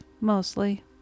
mostly